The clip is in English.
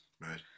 Right